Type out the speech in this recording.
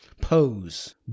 Pose